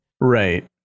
Right